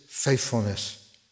Faithfulness